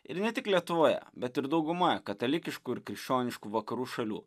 ir ne tik lietuvoje bet ir dauguma katalikiškų ir krikščioniškų vakarų šalių